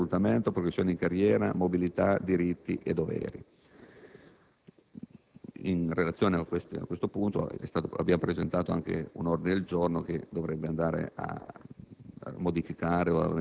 nei suoi aspetti essenziali di reclutamento, progressione in carriera, mobilità, diritti e doveri. In relazione a questo punto è stato presentato anche un ordine del giorno che dovrebbe porre